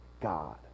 God